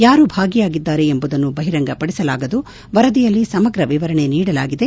ಯಾರು ಭಾಗಿಯಾಗಿದ್ದಾರೆ ಎಂಬುದನ್ನು ಬಹಿರಂಗ ಪಡಿಸಲಾಗದು ವರದಿಯಲ್ಲಿ ಸಮಗ್ರ ವಿವರಣೆ ನೀಡಿದ್ದೇವೆ